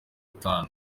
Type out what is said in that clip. gatanu